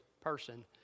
person